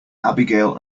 abigail